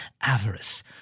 Avarice